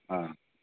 हा